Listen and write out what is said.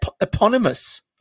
Eponymous